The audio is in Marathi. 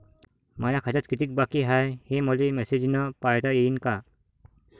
माया खात्यात कितीक बाकी हाय, हे मले मेसेजन पायता येईन का?